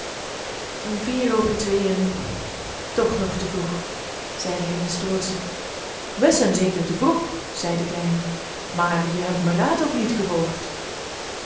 over tweeën toch nog te vroeg zeide hij mistroostig wis en zeker te vroeg zei de kleine maar je hebt mijn raad ook niet gevolgd